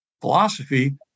philosophy